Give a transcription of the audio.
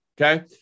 okay